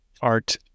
art